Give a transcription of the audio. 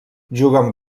juguen